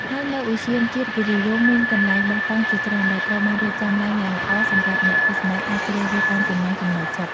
ហើយនៅឧទ្យានជាតិគិរីរម្យ មានកន្លែងបោះតង់ជាច្រើនដែលត្រូវបានរៀបចំឡើងយ៉ាងល្អ សម្រាប់អ្នកទស្សនាអាចជ្រើសរើសតាមចំណង់ចំណូលចិត្ត។